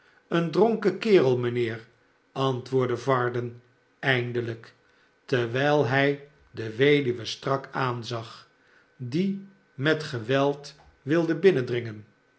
een dronken kerel mijnheer antwoordde varden eindelijk terwijl hij de weduwe strak aanzag die met geweld wilde binnendringen